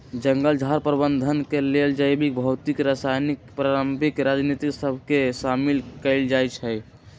जंगल झार प्रबंधन के लेल जैविक, भौतिक, रासायनिक, पारंपरिक रणनीति सभ के शामिल कएल जाइ छइ